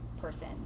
person